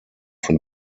von